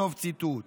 סוף ציטוט.